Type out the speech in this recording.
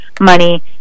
money